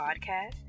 podcast